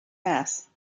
mass